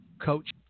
coach